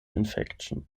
infection